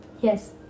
Yes